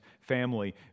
family